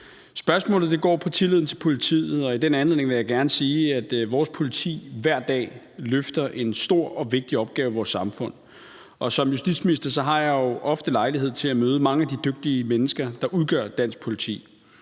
Spørgsmålet går på tilliden til politiet, og i den anledning vil jeg gerne sige, at vores politi hver dag løfter en stor og vigtig opgave i vores samfund. Som justitsminister har jeg jo ofte lejlighed til at møde mange af de dygtige mennesker, der udgør dansk politi.